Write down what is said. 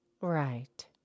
Right